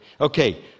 Okay